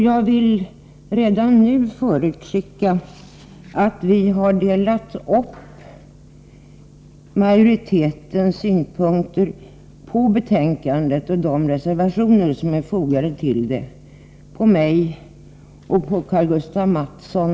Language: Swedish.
Jag vill redan nu förutskicka att vi har delat upp majoritetens synpunkter på betänkandet och de reservationer som är fogade till det mellan mig och Karl-Gustaf Mathsson.